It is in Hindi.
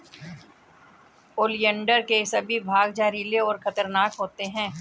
ओलियंडर के सभी भाग जहरीले और खतरनाक होते हैं